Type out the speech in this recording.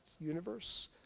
universe